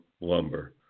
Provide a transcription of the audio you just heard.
lumber